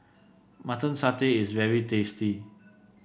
Mutton Satay is very tasty